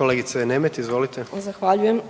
**Nemet, Katarina (IDS)** Zahvaljujem.